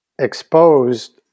exposed